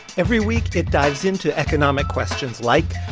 every week, it dives into economic questions like,